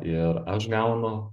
ir aš gaunu